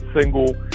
single